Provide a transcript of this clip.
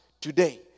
today